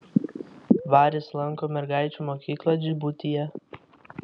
varis lanko mergaičių mokyklą džibutyje